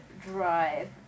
drive